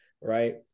right